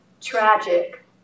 tragic